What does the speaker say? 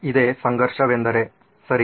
ಇದೇ ಸಂಘರ್ಷವೆಂದರೆ ಸರಿ